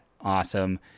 Awesome